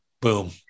boom